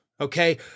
okay